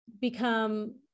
become